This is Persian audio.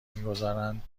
میگذارند